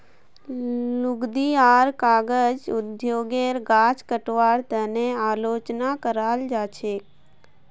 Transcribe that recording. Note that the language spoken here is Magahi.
लुगदी आर कागज उद्योगेर गाछ कटवार तने आलोचना कराल गेल छेक